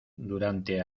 durante